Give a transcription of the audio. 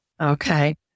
Okay